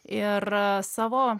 ir savo